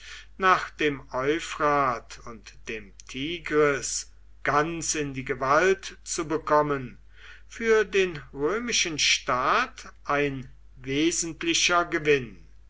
nach dem euphrat und dem tigris ganz in die gewalt zu bekommen für den römischen staat ein wesentlicher gewinn